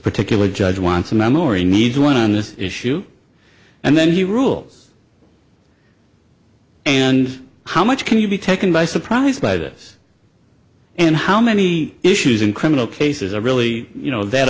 particular judge wants a memory needs one on this issue and then he rules and how much can you be taken by surprise by this and how many issues in criminal cases are really you know that